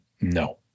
No